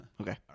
okay